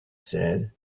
said